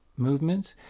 movement,